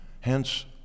hence